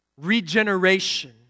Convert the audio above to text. regeneration